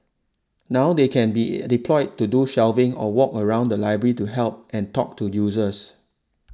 now they can be deployed to do shelving or walk around the library to help and talk to users